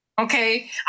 Okay